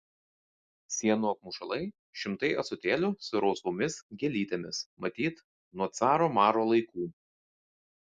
sienų apmušalai šimtai ąsotėlių su rausvomis gėlytėmis matyt nuo caro maro laikų